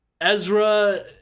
Ezra